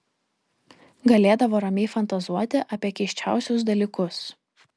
galėdavo ramiai fantazuoti apie keisčiausius dalykus